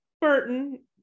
Burton